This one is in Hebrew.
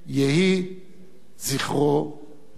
יהי זכרו ברוך.